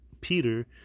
Peter